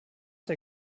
der